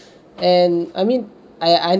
and I mean I I